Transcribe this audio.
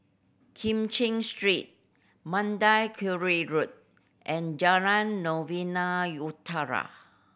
Kim Cheng Street Mandai Quarry Road and Jalan Novena Utara